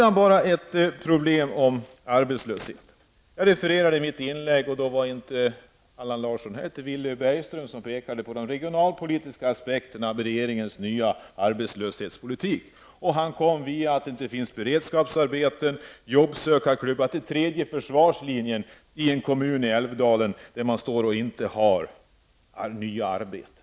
Jag vill beröra problemet med arbetslösheten. Jag refererade i mitt inlägg, då Allan Larsson inte var här, till Villy Bergström, som pekat på de regionalpolitiska aspekterna av regeringens ny arbetslöshetspolitik. Han konstaterade att det inte fanns beredskapsarbeten eller jobbsökarklubbar och kom så fram till den tredje försvarslinjen för en kommun i Älvdalen, där man inte har nya arbeten.